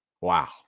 Wow